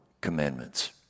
commandments